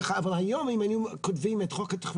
אבל היום אם היו כותבים את חוק התכנון